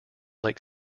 lake